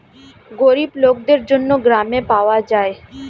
গরিব লোকদের জন্য গ্রামে পাওয়া যায়